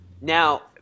Now